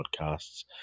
podcasts